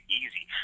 easy